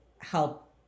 Help